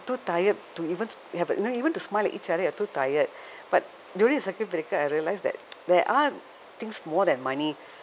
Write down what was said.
too tired to even have a you know even to smile at each other you're too tired but during the circuit breaker I realise that there are things more than money